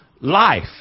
life